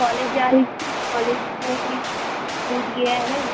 college जा रही थी कॉलेज में ही छूट गया है